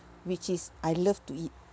which is I love to eat